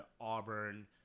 Auburn